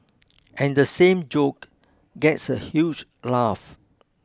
and the same joke gets a huge laugh